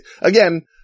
again